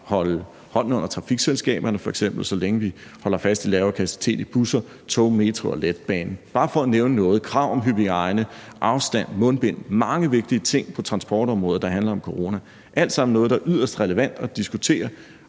vil stadig være der, så længe vi holder fast i lavere kapacitet i busser, tog, metro og letbane, og bare for at nævne noget der, er der krav om hygiejne, afstand, mundbind og mange vigtige ting på transportområdet, der handler om corona, og det er alt sammen noget, der er yderst relevant at diskutere